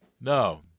No